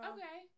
Okay